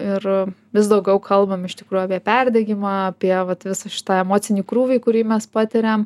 ir vis daugiau kalbam iš tikrųjų perdegimą apie vat visą šitą emocinį krūvį kurį mes patiriam